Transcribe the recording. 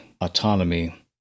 autonomy